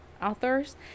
authors